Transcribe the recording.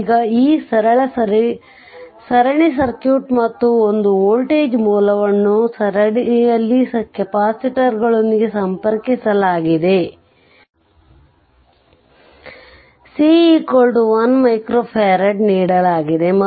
ಈಗ ಈ ಸರಳ ಸರಣಿ ಸರ್ಕ್ಯೂಟ್ ಮತ್ತು ಒಂದು ವೋಲ್ಟೇಜ್ ಮೂಲವನ್ನು ಸರಣಿಯಲ್ಲಿನ ಕೆಪಾಸಿಟರ್ಗಳೊಂದಿಗೆ ಸಂಪರ್ಕಿಸಲಾಗಿದೆ c 1 F ನೀಡಲಾಗಿದೆ